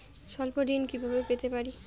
স্বল্প ঋণ কিভাবে পেতে পারি?